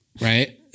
Right